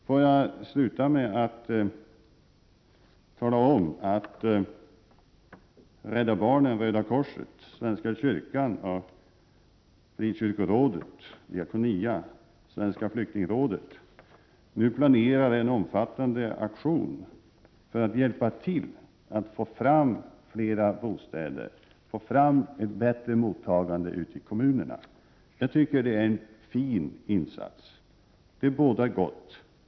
Får jag sluta med att tala om att Rädda barnen, Röda korset, svenska kyrkan, Frikyrkorådet, Diakonia och Svenska flyktingrådet nu planerar en omfattande aktion för att hjälpa till att få fram fler bostäder och få fram ett bättre mottagande i kommunerna. Jag tycker att det är en fin insats, som bådar gott.